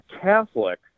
Catholic